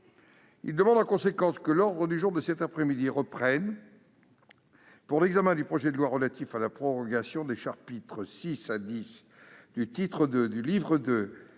Il demande en conséquence que l'ordre du jour de cet après-midi reprenne pour l'examen du projet de loi relatif à la prorogation des chapitres VI à X du titre II du livre II